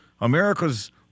America's